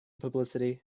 publicity